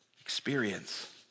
experience